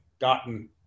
gotten